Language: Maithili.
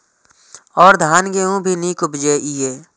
और धान गेहूँ भी निक उपजे ईय?